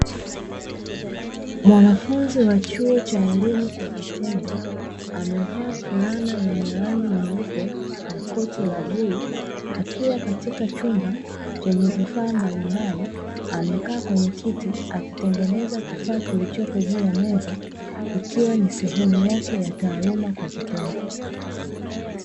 Mwanafunzi wa chuo cha elimu kwa vitendo, amevaa fulana yenye rangi nyeupe na koti la bluu, akiwa katika chumba chenye vifaa mbalimbali, amekaa kwenye kiti akitengeneza kifaa kilichopo juu ya meza, ikiwa ni sehemu yake ya taaluma kwa vitendo